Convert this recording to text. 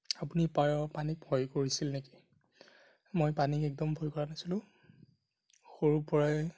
আপুনি পানীক ভয় কৰিছিল নেকি মই পানীক একদম ভয় কৰা নাছিলোঁ সৰুৰ পৰাই